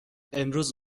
امروز